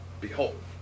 behold